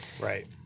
Right